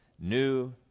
New